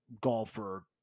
golfer